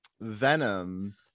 Venom